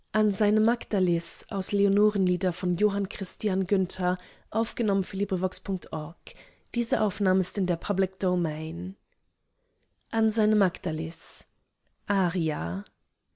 magdalis an magdalis